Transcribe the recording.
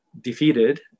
defeated